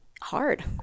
hard